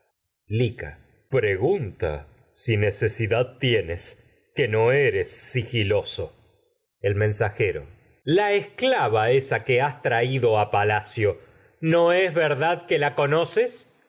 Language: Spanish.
lica pregunta sigiloso el tienes que no eres mensajero la esclava esa que has traído a palacio lica el ahora no es verdad que la conoces